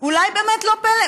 אולי באמת לא פלא.